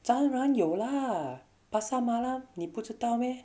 当然有 lah pasar malam 你不知道 meh